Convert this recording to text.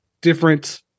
different